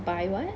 bi~ what